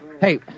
Hey